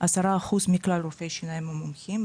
10% מכלל רופאי השיניים הם מומחים.